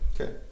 okay